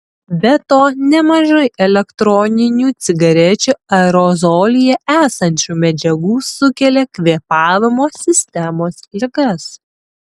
be to nemažai elektroninių cigarečių aerozolyje esančių medžiagų sukelia kvėpavimo sistemos ligas